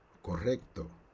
Correcto